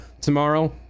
tomorrow